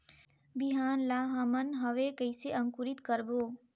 बिहान ला हमन हवे कइसे अंकुरित करबो?